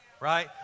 right